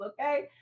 okay